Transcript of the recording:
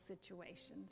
situations